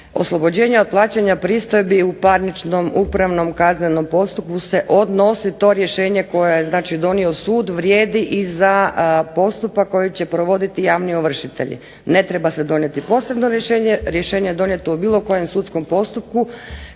oslobođenje od plaćanja pristojbi u parničnom upravnom, kaznenom postupku se odnosi to rješenje koje je donio sud vrijedi i za postupak koji će provoditi javni ovršitelji. Ne treba se donijeti posebno rješenje, rješenje je donijeto u bilo kojem sudskom postupku